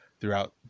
throughout